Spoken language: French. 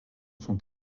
sont